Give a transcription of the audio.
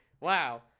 wow